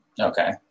Okay